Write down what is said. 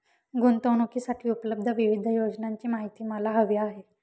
गुंतवणूकीसाठी उपलब्ध विविध योजनांची माहिती मला हवी आहे